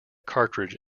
cartridge